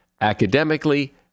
academically